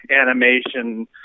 animation